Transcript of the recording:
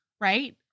right